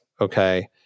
okay